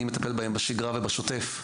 אני מטפל בהם בשגרה ובשוטף,